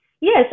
Yes